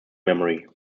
memory